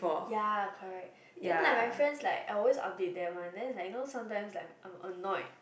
ya correct then like my friends like I always update they one then is like sometime I am annoyed